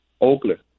Oakland